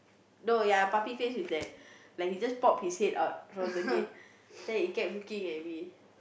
no ya puppy face with that like he just pop his face out from the gate then he kept looking at me